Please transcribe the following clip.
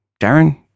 Darren